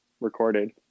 recorded